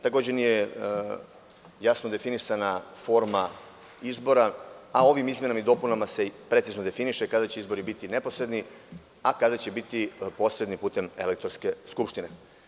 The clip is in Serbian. Takođe, nije jasno definisana forma izbora, a ovim izmenama i dopunama se precizno definiše kada će izbori biti neposredni a kada će biti posredni, putem elektorske skupštine.